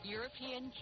European